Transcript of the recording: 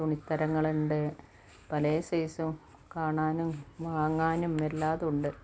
തുണിത്തരങ്ങൾണ്ട് പലേ സൈസും കാണാനും വാങ്ങാനും എല്ലാതുണ്ട്